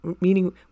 meaning